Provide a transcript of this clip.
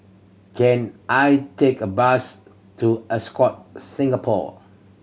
can I take a bus to Ascott Singapore